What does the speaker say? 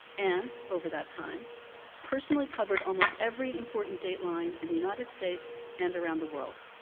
and over that time personally covered almost every important dateline in the united states and around the world.